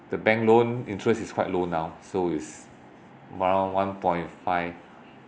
the bank loan interest is quite low now so is around one point five